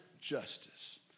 justice